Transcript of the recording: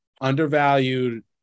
undervalued